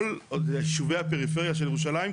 כל יישובי הפריפריה של ירושלים,